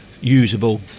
usable